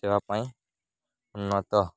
ସେବା ପାଇଁ ଉନ୍ନତ